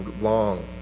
long